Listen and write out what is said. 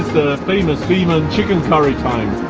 famous biman chicken curry time?